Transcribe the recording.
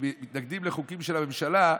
כשמתנגדים לחוקים של הממשלה,